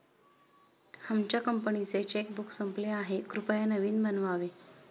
आमच्या कंपनीचे चेकबुक संपले आहे, कृपया नवीन बनवावे